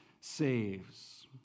saves